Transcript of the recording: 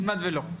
כמעט ולא.